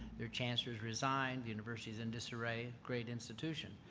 their chancellors resigned. the university is in disarray. great institution.